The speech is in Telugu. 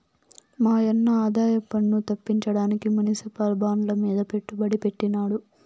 మాయన్న ఆదాయపన్ను తప్పించడానికి మునిసిపల్ బాండ్లమీద పెట్టుబడి పెట్టినాడు